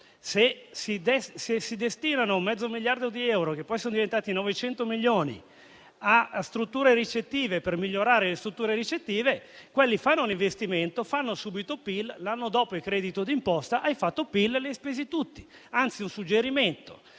Se si destina mezzo miliardo di euro, che poi sono diventati 900 milioni, a strutture ricettive per migliorarle, quelle fanno un investimento e fanno subito PIL; l'anno dopo hai il credito d'imposta, hai fatto PIL e hai speso tutte le risorse.